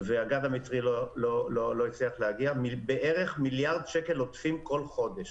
והגז המצרי לא הצליח להגיע בערך מיליארד שקל עודפים בכל חודש.